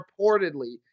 reportedly